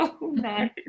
nice